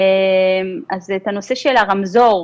את הנושא של הרמזור